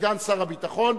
כסגן שר הביטחון,